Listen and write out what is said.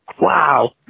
Wow